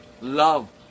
love